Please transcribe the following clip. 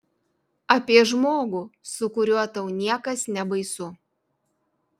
apie žmogų su kuriuo tau niekas nebaisu